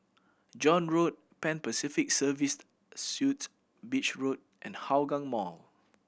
John Road Pan Pacific Serviced Suites Beach Road and Hougang Mall